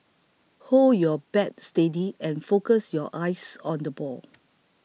hold your bat steady and focus your eyes on the ball